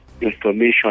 information